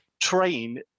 train